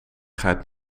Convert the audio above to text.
gaat